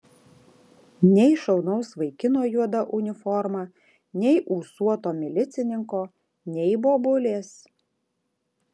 nei šaunaus vaikino juoda uniforma nei ūsuoto milicininko nei bobulės